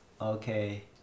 okay